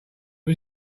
was